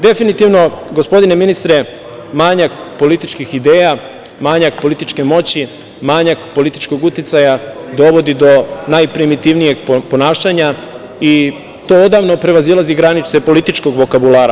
Definitivno, gospodine ministre, manjak političkih ideja, manjak političke moći, manjak političkog uticaja dovodi do najprimitivnijeg ponašanja i to odavno prevazilazi granice političkog vokabulara.